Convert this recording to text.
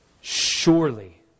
Surely